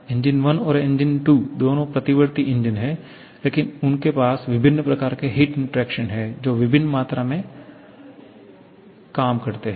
engine 1 और engine 2 दोनों प्रतिवर्ती इंजन हैं लेकिन उनके पास विभिन्न प्रकार के हिट इंटरैक्शन हैं जो विभिन्न मात्रा में काम करते हैं